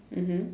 mmhmm